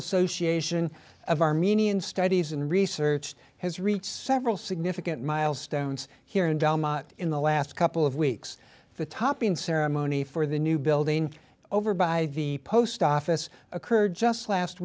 association of armenian studies and research has reached several significant milestones here and in the last couple of weeks the topping ceremony for the new building over by the post office occurred just last